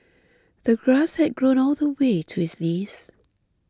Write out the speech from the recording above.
the grass had grown all the way to his knees